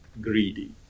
greedy